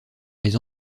les